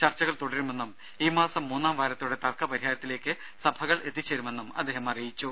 ചർച്ചകൾ തുടരുമെന്നും ഈമാസം മൂന്നാം വാരത്തോടെ തർക്ക പരിഹാരത്തിലേക്ക് സഭകൾ എത്തിച്ചേരുമെന്നും അദ്ദേഹം അറിയിച്ചു